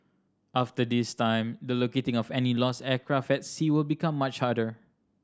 after this time the locating of any lost aircraft at sea will become much harder